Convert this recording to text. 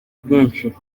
bwinshi